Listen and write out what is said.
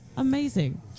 Amazing